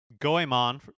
Goemon